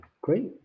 great